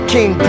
King